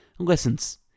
Lessons